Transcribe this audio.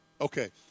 Okay